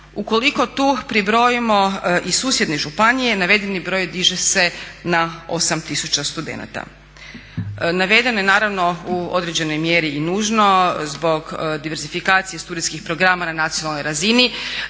ukoliko tu pribrojimo i susjedne županije navedeni broj diže se na 8 tisuća studenata. Navedene u određenoj mjeri i nužno zbog diversifikacije studijskih programa na nacionalnoj razini